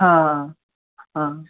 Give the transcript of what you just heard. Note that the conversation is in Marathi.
हां हां हां